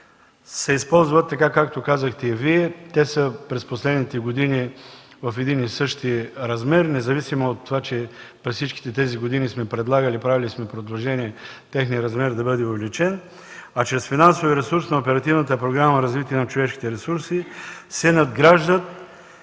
се използват, както казахте и Вие, през последните години са в един и същи размер, независимо от това, че през всичките тези години сме правили предложения техният размер да бъде увеличен, а чрез финансовия ресурс на Оперативната програма „Развитие на човешките ресурси” се надграждат